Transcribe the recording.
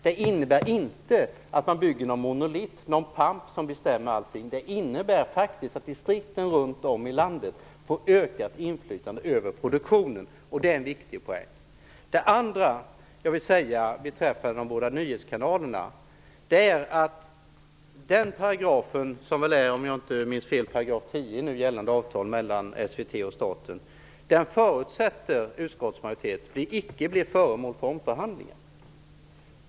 Det innebär inte att man bygger en monolit - en pamp som bestämmer allt. Det innebär faktiskt att distrikten runt om i landet får ett ökat inflytande över produktionen. Det är en viktig poäng. Det andra jag vill säga beträffande de båda nyhetskanalerna är att utskottsmajoriteten förutsätter att den paragrafen - om jag inte minns fel är det 10 § i nu gällande avtal mellan SVT och staten - inte blir föremål för omförhandlingar.